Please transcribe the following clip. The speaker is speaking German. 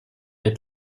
der